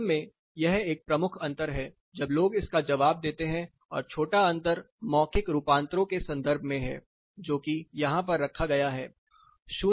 वास्तव में यह एक प्रमुख अंतर है जब लोग इसका जवाब देते हैं और छोटा अंतर मौखिक रूपांतरों के संदर्भ में है जो कि यहां पर रखा गया है